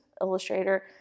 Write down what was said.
Illustrator